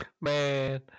Man